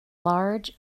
large